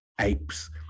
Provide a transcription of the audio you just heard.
apes